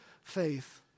faith